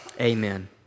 Amen